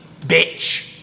bitch